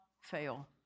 fail